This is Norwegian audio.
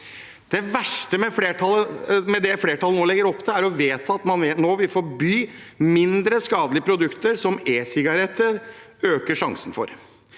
Det verste med det flertallet nå legger opp til å vedta, er at man vil forby mindre skadelige produkter, som esigaretter øker sjansen for.